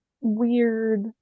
weird